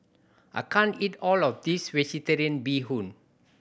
I can't eat all of this Vegetarian Bee Hoon